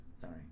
sorry